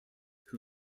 who